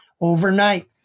overnight